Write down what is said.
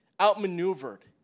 outmaneuvered